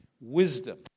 Wisdom